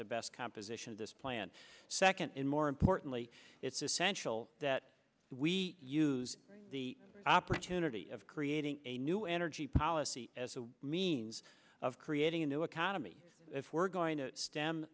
the best composition of this plan second and more importantly it's essential that we use the opportunity of creating a new energy policy as a means of creating a new economy if we're going to st